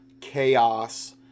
chaos